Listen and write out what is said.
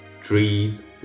Trees